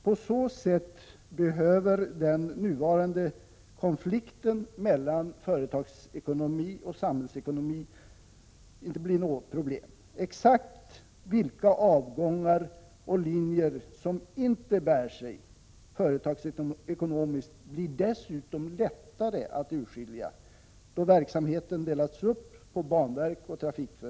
På så sätt behöver inte den nuvarande konflikten mellan företagsekonomi och samhällsekonomi bli något problem. Då verksamheten delats upp på banverk och trafikföretag blir det dessutom lättare att urskilja exakt vilka avgångar och linjer som inte bär sig företagsekonomiskt.